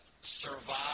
survive